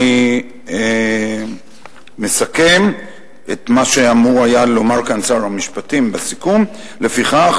אני מסכם את מה שאמור היה לומר כאן שר המשפטים בסיכום: לפיכך,